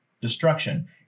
destruction